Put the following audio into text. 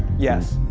yes.